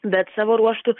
bet savo ruožtu